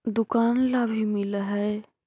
दुकान ला भी मिलहै?